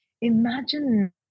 Imagine